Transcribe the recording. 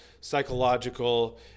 psychological